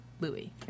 Louis